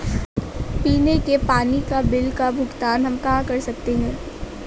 पीने के पानी का बिल का भुगतान हम कहाँ कर सकते हैं?